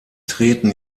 treten